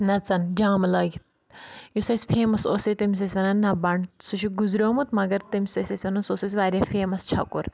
نَژان جامہٕ لٲگِتھ یُس اَسہِ فیمَس اوس ییٚتہِ تٔمِس ٲسۍ وانان نَبہٕ بنڈٕ سُہ چھُ گُزریومُت مَگر تٔمِس ٲسۍ ٲسۍ وَنان سُہ اوس واریاہ فیمَس چھَکُر